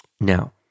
Now